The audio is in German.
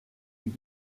und